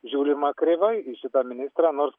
žiūrima kreivai į šitą ministrą nors